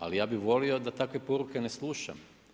Ali ja bih volio da takve poruke ne slušam.